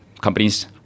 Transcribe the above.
companies